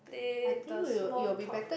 play the small talk